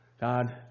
God